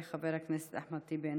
חבר הכנסת אחמד טיבי,